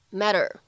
matter